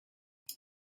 she